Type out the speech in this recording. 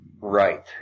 Right